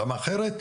זאת משום שאחרת,